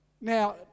Now